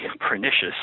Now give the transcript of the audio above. pernicious